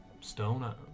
stone